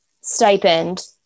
Stipend